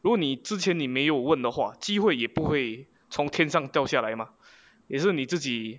如你之前你没有问的话机会也不会从天上掉下来嘛也是你自己